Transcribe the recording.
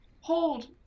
Hold